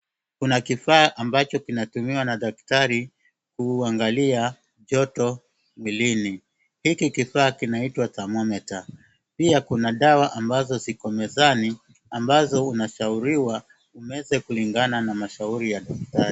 Kuna kifaa ambacho kinatumiwa na daktari kuangalia joto mwilini. Hiki kifaa kinaitwa thermometer .Pia kuna dawa ambazo ziko mezani ambazo unashauriwa umeze kulingana na mashauri ya daktari.